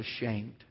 ashamed